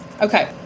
Okay